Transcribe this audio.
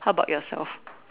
how about yourself